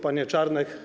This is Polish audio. Panie Czarnek!